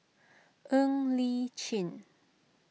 Ng Li Chin